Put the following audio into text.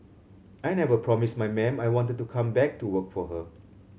I never promised my ma'am I wanted to come back to work for her